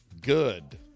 Good